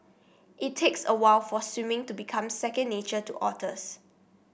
it takes a while for swimming to become second nature to otters